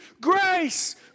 grace